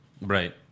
Right